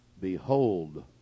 behold